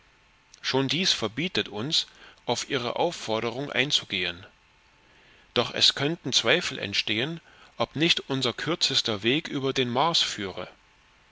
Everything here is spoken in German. schon dies verbietet uns auf ihre aufforderung einzugehen doch es könnten zweifel entstehen ob nicht unser kürzester weg über den mars führe